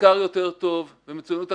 ומחקר יותר טוב ומצוינות אקדמית.